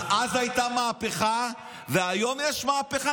אז הייתה מהפכה, והיום יש מהפכה?